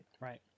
Right